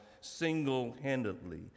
single-handedly